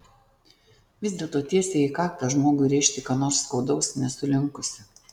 vis dėlto tiesiai į kaktą žmogui rėžti ką nors skaudaus nesu linkusi